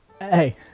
Hey